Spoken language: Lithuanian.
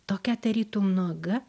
tokia tarytum nuoga